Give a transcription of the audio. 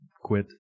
quit